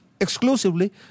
exclusively